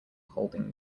holding